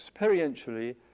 experientially